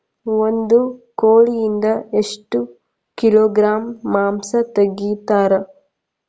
ಒಂದು ಕೋಳಿಯಿಂದ ಎಷ್ಟು ಕಿಲೋಗ್ರಾಂ ಮಾಂಸ ತೆಗಿತಾರ?